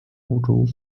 潮州